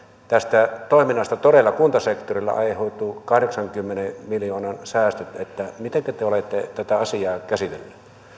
tästä toiminnasta todella kuntasektorilla aiheutuu kahdeksankymmenen miljoonan säästöt mitenkä te te olette tätä asiaa käsitelleet